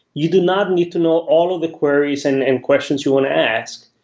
you do not need to know all of the queries and and questions you want to ask.